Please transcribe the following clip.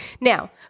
Now